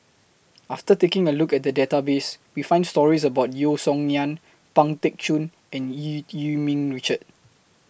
after taking A Look At The Database We found stories about Yeo Song Nian Pang Teck Joon and EU Yee Ming Richard